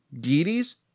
deities